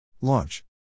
Launch